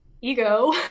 ego